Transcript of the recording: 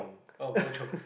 oh go chiong